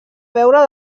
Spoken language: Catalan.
veure